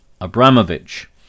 abramovich